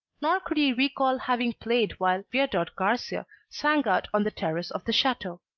nor could he recall having played while viardot-garcia sang out on the terrace of the chateau.